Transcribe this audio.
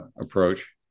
approach